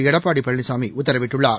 எடப்பாடிபழனிசாமிஉத்தரவிட்டுள்ளார்